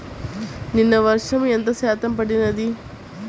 నిన్న వర్షము ఎంత శాతము పడినది?